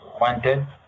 wanted